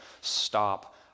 Stop